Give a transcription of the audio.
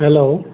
hello